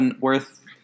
worth